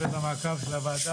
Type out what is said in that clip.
במעקב של הוועדה,